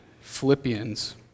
Philippians